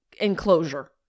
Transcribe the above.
enclosure